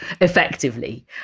effectively